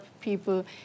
people